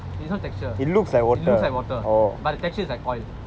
it's not texture it looks like water but the texture is like oil